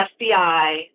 FBI